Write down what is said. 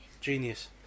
genius